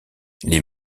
les